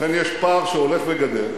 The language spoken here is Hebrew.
ובכן, יש פער שהולך וגדל